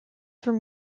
from